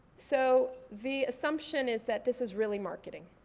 so the assumption is that this is really marketing.